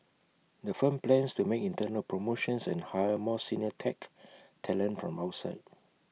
the firm plans to make internal promotions and hire more senior tech talent from outside